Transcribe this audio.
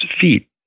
feet